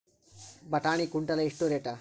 ಬಟಾಣಿ ಕುಂಟಲ ಎಷ್ಟು ರೇಟ್?